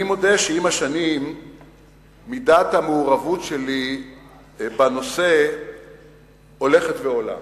אני מודה שעם השנים מידת המעורבות שלי בנושא הולכת ועולה,